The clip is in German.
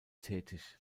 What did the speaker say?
tätig